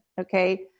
okay